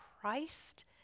Christ